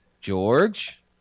George